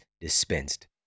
dispensed